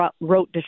wrote